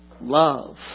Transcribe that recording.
Love